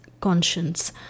conscience